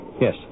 Yes